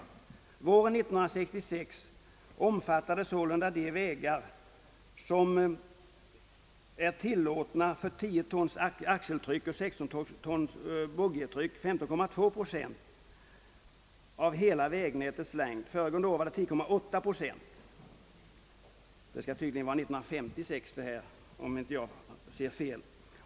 Våren 1966 omfattade sålunda de vägar, som är tillåtna för 10 ton axeltryck och 16 ton boggitryck, 15,2 9 av hela vägnätets längd .